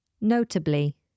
notably